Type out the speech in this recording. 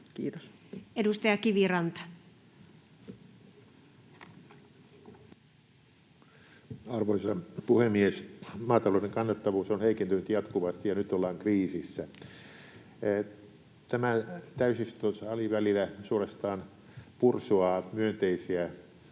Kiitos. Edustaja Kiviranta. Arvoisa puhemies! Maatalouden kannattavuus on heikentynyt jatkuvasti, ja nyt ollaan kriisissä. Tämä täysistuntosali välillä suorastaan pursuaa maataloudelle